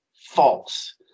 false